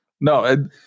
No